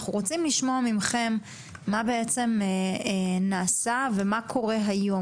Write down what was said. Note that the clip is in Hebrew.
אנחנו רוצים לשמוע מכם מה נעשה ומה קורה היום,